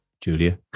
Julia